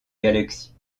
galaxies